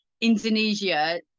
Indonesia